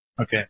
Okay